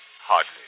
Hardly